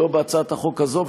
לא בהצעת החוק הזאת,